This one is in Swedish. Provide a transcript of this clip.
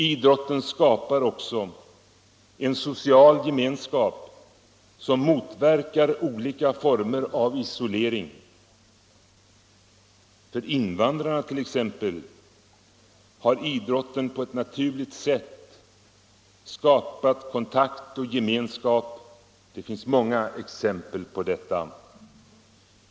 Idrotten skapar också en social gemenskap som motverkar olika former av isolering. invandrarna har idrotten på ett naturligt sätt skapat kontakt och gemenskap — det finns många exempel på detta.